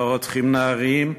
לא רוצחים נערים,